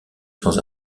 sans